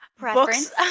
Books